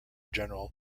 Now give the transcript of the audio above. general